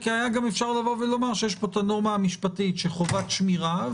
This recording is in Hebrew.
כי היה גם אפשר לומר שיש את הנורמה המשפטית של חובת שמירה,